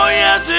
yes